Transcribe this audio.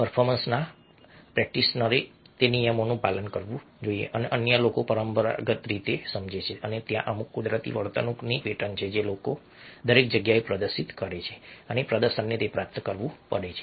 પર્ફોર્મન્સના પ્રેક્ટિશનરે તે નિયમોનું પાલન કરવું જોઈએ અને અન્ય લોકો પરંપરાગત રીતે સમજે છે અને ત્યાં અમુક કુદરતી વર્તણૂકની પેટર્ન છે લોકો દરેક જગ્યાએ પ્રદર્શિત કરે છે અને પ્રદર્શનને તે પ્રાપ્ત કરવું પડે છે